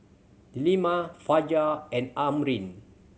Delima Fajar and Amrin